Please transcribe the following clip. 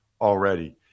already